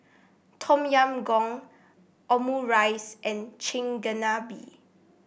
Tom Yam Goong Omurice and Chigenabe